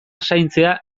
zaintzea